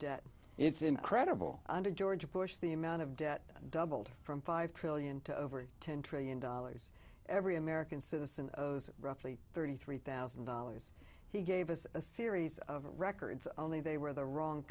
debt it's incredible under george bush the amount of debt doubled from five trillion to over ten trillion dollars every american citizen of roughly thirty three thousand dollars he gave us a series of records only they were the wrong